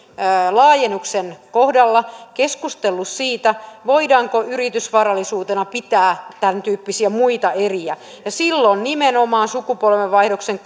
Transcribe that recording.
laajennuksen kohdalla keskustellut siitä voidaanko yritysvarallisuutena pitää tämäntyyppisiä muita eriä ja silloin nimenomaan sukupolvenvaihdoksen